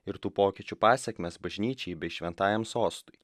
ir tų pokyčių pasekmes bažnyčiai bei šventajam sostui